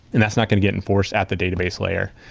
and that's not going to get enforced at the database layer.